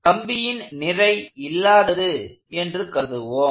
கம்பியின் நிறை இல்லாதது என்று கருதுவோம்